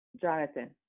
Jonathan